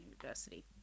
university